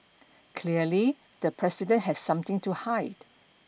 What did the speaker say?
clearly the president has something to hide